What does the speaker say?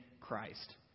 Christ